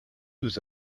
nous